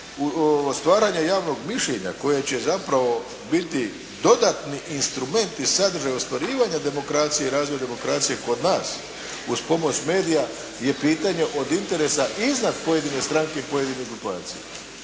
stvaranja javnog mišljenja koji će zapravo biti dodatni instrument i sadržaj ostvarivanja demokracije i razvoja demokracije kod nas uz pomoć medija je pitanje od interesa iznad pojedine stranke i pojedine populacije.